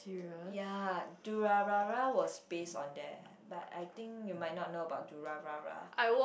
ya Durarara was based on there but I think you might not know about Durarara